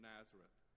Nazareth